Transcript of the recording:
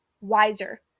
wiser